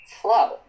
flow